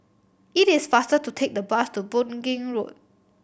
it is faster to take the bus to Boon Keng Road